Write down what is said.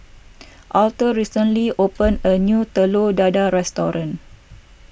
Aurthur recently opened a new Telur Dadah restaurant